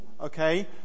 okay